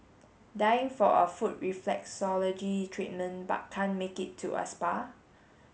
dying for a foot reflexology treatment but can't make it to a spa